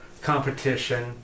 competition